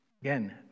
Again